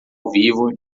vivo